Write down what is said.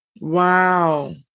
Wow